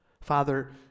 Father